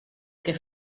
que